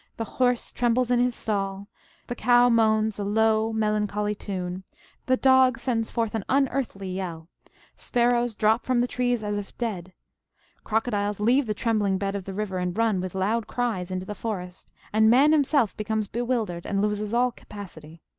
the horse trembles in his stall the cow moans a low, melancholy tune the dog sends forth an unearthly yell sparrows drop from the trees as if dead crocodiles leave the trembling bed of the river and run with loud cries into the forest and man himself becomes bewildered and loses all capacity.